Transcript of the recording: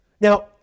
Now